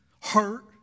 hurt